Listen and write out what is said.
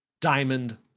diamond